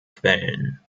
quellen